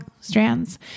strands